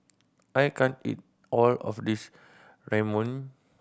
I can't eat all of this Ramyeon